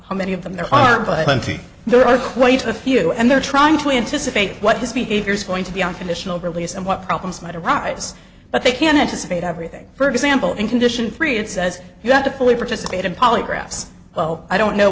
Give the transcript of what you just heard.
how many of them there are but plenty there are quite a few and they're trying to anticipate what his behavior is going to be unconditional release and what problems might arise but they can anticipate everything for example in condition free it says you have to fully participate in polygraphs oh i don't know